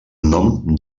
nom